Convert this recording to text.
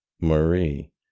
Marie